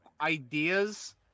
ideas